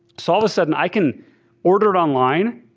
so of a sudden i can order it online,